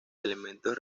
elementos